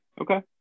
Okay